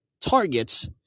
targets